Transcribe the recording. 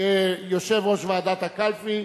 יושב-ראש ועדת הקלפי,